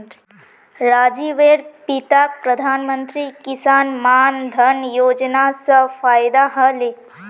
राजीवेर पिताक प्रधानमंत्री किसान मान धन योजना स फायदा ह ले